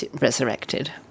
resurrected